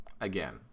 again